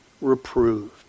reproved